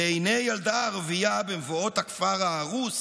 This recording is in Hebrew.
// בעיני ילדה ערבייה / במבואות הכפר ההרוס